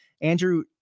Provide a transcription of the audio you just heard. Andrew